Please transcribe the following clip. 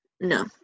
no